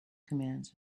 commands